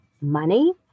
money